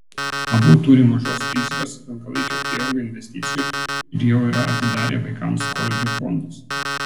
abu turi mažos rizikos ilgalaikio prieaugio investicijų ir jau yra atidarę vaikams koledžo fondus